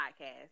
podcast